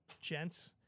gents